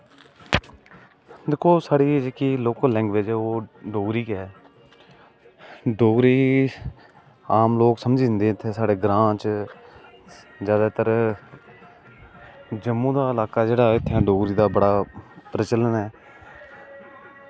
दिक्खो साढ़ी जेह्की लोकल लैंग्वेज़ ऐ ओह् डोगरी गै डोगरी आम लोग समझी जंदे साढ़े ग्रांऽ च जादै तर जम्मू दा इलाका जेह्ड़ा ऐ उत्थै डोगरी दा बड़ा प्रचलन ऐ